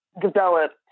developed